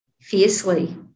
fiercely